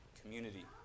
community